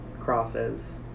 crosses